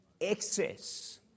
excess